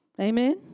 Amen